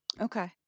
Okay